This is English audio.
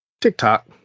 TikTok